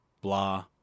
blah